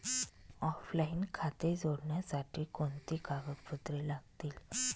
Offline खाते उघडण्यासाठी कोणती कागदपत्रे लागतील?